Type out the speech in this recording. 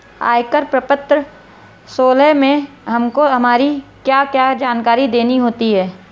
आयकर प्रपत्र सोलह में हमको हमारी क्या क्या जानकारी देनी होती है?